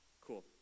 cool